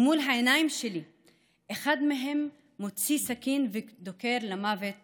ומול העיניים שלי אחד מהם מוציא סכין ודוקר למוות